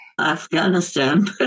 Afghanistan